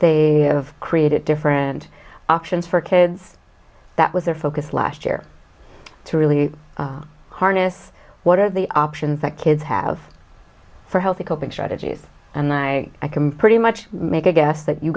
they created different options for kids that was their focus last year to really harness what are the options that kids have for healthy coping strategies and i can pretty much make a guess that you